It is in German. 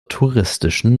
touristischen